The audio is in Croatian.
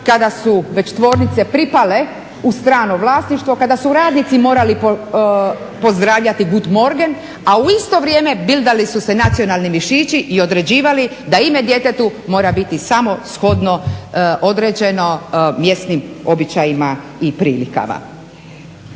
kada su već tvornice pripale u strano vlasništvo, kada su radnici morali pozdravljati Gut Morgen a u isto vrijeme bildali su se nacionalni mišići i određivali da ime djetetu mora biti samo shodno određeno mjesnim običajima i prilikama.